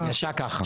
יצא ככה.